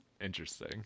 Interesting